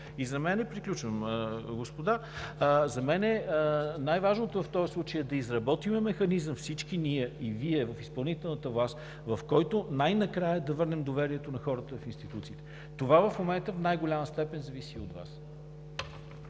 този случай най-важното е да изработим механизъм и всички ние в изпълнителната власт най-накрая да върнем доверието на хората в институциите. Това в момента в най-голяма степен зависи от Вас.